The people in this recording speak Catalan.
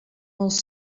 els